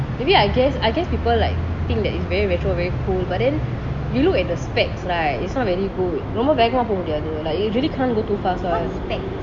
maybe I guess I guess people like think that it's very retro very cool but then you look at the specs right it's not very good ரொம்ப வேகமா போ முடியாது:romba vegama poo mudiyathu like usually can't go too fast [one]